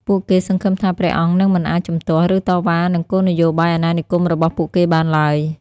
ពួកគេសង្ឃឹមថា ព្រះអង្គនឹងមិនអាចជំទាស់ ឬតវ៉ានឹងគោលនយោបាយអាណានិគមរបស់ពួកគេបានឡើយ។